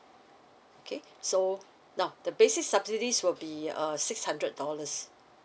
okay so now the basic subsidies will be a six hundred dollars